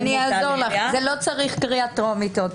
אני אעזור לך, לא צריך עוד פעם קריאה טרומית.